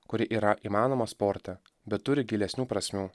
kuri yra įmanoma sporte bet turi gilesnių prasmių